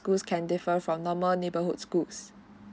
schools can differ from normal neighbourhood schools